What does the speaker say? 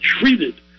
treated